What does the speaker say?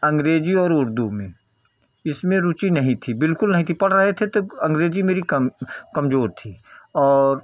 अंग्रेजी और उर्दू में इसमें रुचि नहीं थी बिलकुल नहीं थी पढ़ रहे थे तो अंग्रेजी मेरी कम कमजोर थी और